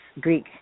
Greek